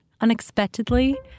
unexpectedly